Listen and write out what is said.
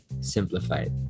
simplified